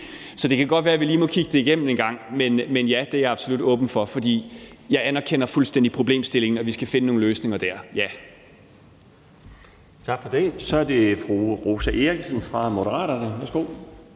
så det kan godt være, at vi lige må kigge det igennem en gang. Men ja, det er jeg absolut åben for, for jeg anerkender fuldstændig problemstillingen, og at vi skal finde nogle løsninger dér. Kl. 21:09 Den fg. formand (Bjarne Laustsen): Tak for det. Så er det fru Rosa Eriksen fra Moderaterne. Værsgo. Kl.